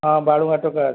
ହଁ ବାଳୁଙ୍ଗା ଟୋକା ଅଛି